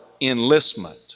enlistment